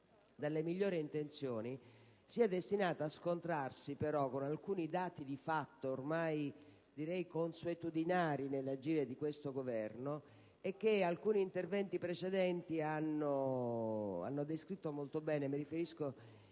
dalle migliori intenzioni, sia destinata a scontrarsi con alcuni dati di fatto ormai consuetudinari nell'agire di questo Governo che alcuni precedenti interventi hanno descritto molto bene (mi riferisco